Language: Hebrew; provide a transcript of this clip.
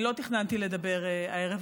אני לא תכננתי לדבר הערב,